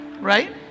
Right